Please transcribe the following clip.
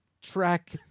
track